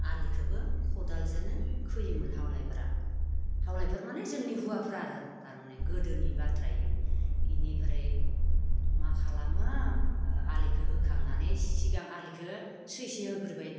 आलिखौबो खदालजोंनो खोयोमोन हावलायफोरा हावलायफोर माने जोंनि हौवाफोर आरो थारमाने गोदोनि बाथ्रा बेयो बेनिफ्राय मा खालामो आलिखौ होखांनानै सिगां आलिखौ सैसे होग्रोबाय